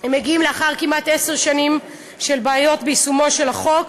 מגיעים לאחר כמעט עשר שנים של בעיות ביישומו של החוק.